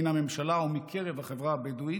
מן הממשלה ומקרב החברה הבדואית,